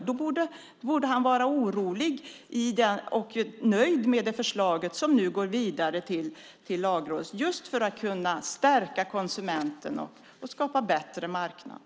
Då borde han vara nöjd med det förslag som nu går vidare till Lagrådet, just för man ska stärka konsumenten och skapa en bättre marknad.